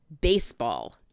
baseball